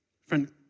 Friend